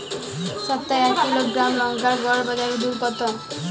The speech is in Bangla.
সপ্তাহে এক কিলোগ্রাম লঙ্কার গড় বাজার দর কতো?